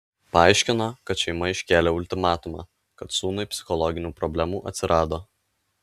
paaiškino kad šeima iškėlė ultimatumą kad sūnui psichologinių problemų atsirado